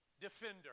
Defender